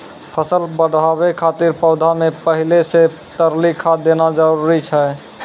फसल बढ़ाबै खातिर पौधा मे पहिले से तरली खाद देना जरूरी छै?